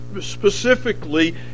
specifically